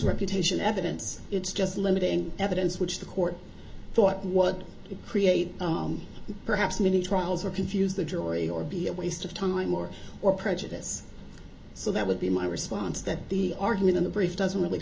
reputation evidence it's just limiting evidence which the court thought what create perhaps many trials or confuse the jury or be a waste of time or or prejudice so that would be my response that the argument in the brief doesn't really